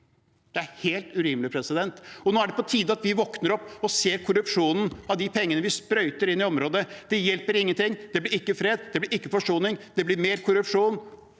Det er helt urimelig. Nå er det på tide at vi våkner opp og ser korrupsjonen knyttet til de pengene vi sprøyter inn i området. Det hjelper ingenting, det blir ikke fred, det blir ikke forsoning – det blir mer korrupsjon